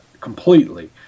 completely